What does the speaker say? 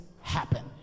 happen